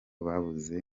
babuze